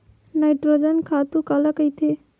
Nitrogen खातु काला कहिथे?